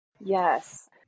Yes